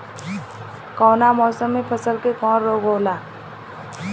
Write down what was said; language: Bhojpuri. कवना मौसम मे फसल के कवन रोग होला?